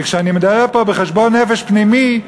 וכשאני מדבר פה בחשבון נפש פנימי,